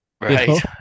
Right